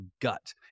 gut